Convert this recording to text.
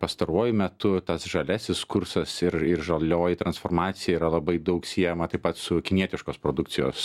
pastaruoju metu tas žaliasis kursas ir ir žalioji transformacija yra daug siejama taip pat su kinietiškos produkcijos